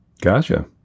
Gotcha